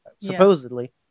supposedly